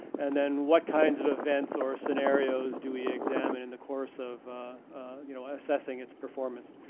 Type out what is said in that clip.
and then what kinds of events, or scenarios do we examine in the course of you know, assessing its performance.